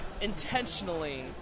intentionally